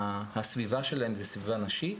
והסביבה שלהן זו סביבה נשית,